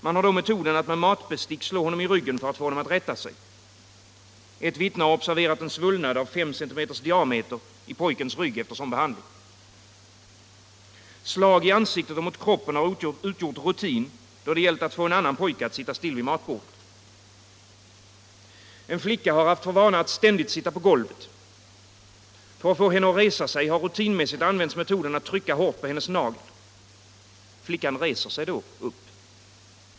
Man har då metoden att med matbestick slå honom i ryggen för att få honom att rätta sig. Ett vittne har observerat en svullnad av 5 cm diameter i pojkens rygg efter sådan behandling. Slag i ansiktet och mot kroppen har utgjort rutinen då det gällt att få en annan pojke att sitta still vid matbordet. En flicka har haft för vana att ständigt sitta på golvet. För att få henne att resa sig har man rutinmässigt använt metoden att trycka hårt på hennes nagel. Flickan reser sig då upp.